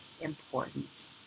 important